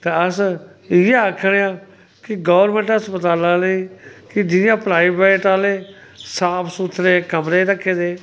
ते अस इ'यै आखने आं के गौरमैंट अस्पताल आह्लें गी कि जि'यां प्राइवेट आह्ले साफ सुथरे कमरे रक्खे दे